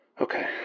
Okay